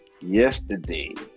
yesterday